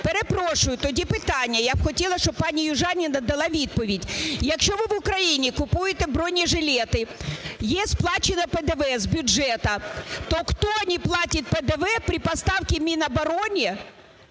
Перепрошую, тоді питання, я б хотіла, щоб пані Южаніна дала відповідь. Якщо ви в Україні купуєте бронежилети, є сплачене ПДВ з бюджету, то кто не платит ПДВ при поставке Минобороне